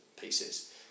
pieces